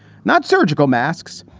not surgical masks,